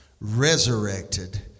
resurrected